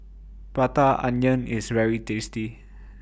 Prata Onion IS very tasty